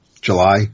July